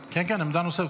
נוספת.